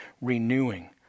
renewing